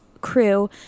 crew